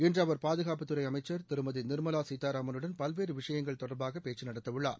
இன்று அவர் பாதுகாப்புத்துறை அமைச்சர் திருமதி நிர்மலா சீதாரமலுடன் பல்வேறு விஷயங்கள் தொடர்பாக பேச்சு நடத்தவுள்ளார்